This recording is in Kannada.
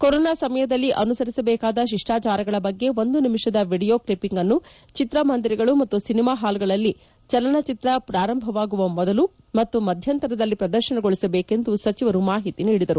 ಕೊರೊನಾ ಸಮಯದಲ್ಲಿ ಅನುಸರಿಸಬೇಕಾದ ಶಿಷ್ಟಾಚಾರಗಳ ಬಗ್ಗೆ ಒಂದು ನಿಮಿಷದ ವಿಡಿಯೋ ಕ್ಷಿಪಿಂಗ್ ಅನ್ನು ಚಿಕ್ರಮಂದಿರಗಳು ಮತ್ತು ಸಿನೆಮಾ ಪಾಲ್ಗಳಲ್ಲಿ ಚಲನಚಿಕ್ರ ಪ್ರಾರಂಭವಾಗುವ ಮೊದಲು ಮತ್ತು ಮಧ್ಯಂತರದಲ್ಲಿ ಪ್ರದರ್ಶನಗೊಳಿಸಬೇಕು ಎಂದು ಸಚಿವರು ಮಾಹಿತಿ ನೀಡಿದರು